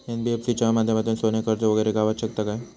NBFC च्या माध्यमातून सोने कर्ज वगैरे गावात शकता काय?